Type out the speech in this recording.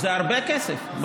נכון, זה הרבה כסף.